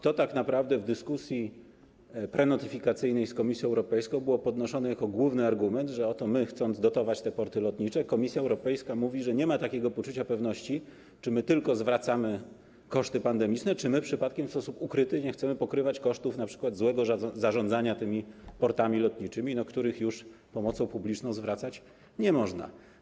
To tak naprawdę w dyskusji prenotyfikacyjnej z Komisją Europejską było podnoszone jako główny argument: że oto my chcemy dotować te porty lotnicze, a Komisja Europejska mówi, że nie ma poczucia pewności, czy my tylko zwracamy koszty pandemiczne, czy przypadkiem w sposób ukryty nie chcemy pokrywać kosztów np. złego zarządzania tymi portami lotniczymi, których już z pomocą publiczną zwracać nie można.